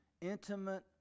intimate